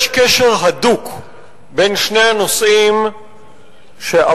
יש קשר הדוק בין שני הנושאים שבעטיים